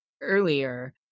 earlier